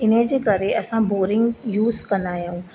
इनजे करे असां बोरिंग यूज़ कंदा आहियूं